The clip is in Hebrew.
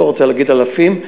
לא רוצה להגיד אלפים,